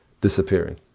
disappearing